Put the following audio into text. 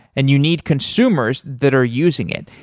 and you need consumers that are using it.